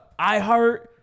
iHeart